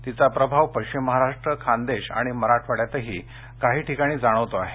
तिचा प्रभाव पश्चिम महाराष्ट्र खान्देश आणि मराठवाड्यातही काही ठिकाणी जाणवतो आहे